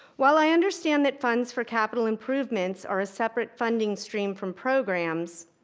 while i understand that funds for capital improvements are a separate funding stream from programs,